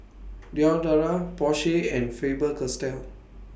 Diadora Porsche and Faber Castell